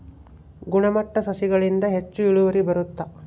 ಗುಣಮಟ್ಟ ಸಸಿಗಳಿಂದ ಹೆಚ್ಚು ಇಳುವರಿ ಬರುತ್ತಾ?